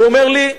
הוא אומר לי: